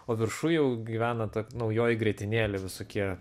o viršuj jau gyvena ta naujoji grietinėlė visokie